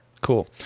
Cool